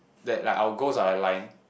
that like our goals are aligned